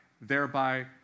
thereby